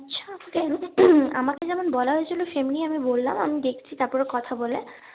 আমাকে যেমন বলা হয়েছিলো সেরকমই আমি বললাম আমি দেখছি তারপরে কথা বলে